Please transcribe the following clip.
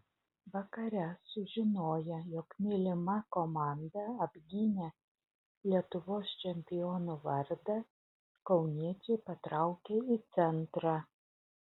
vakare sužinoję jog mylima komanda apgynė lietuvos čempionų vardą kauniečiai patraukė į centrą